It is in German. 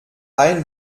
ein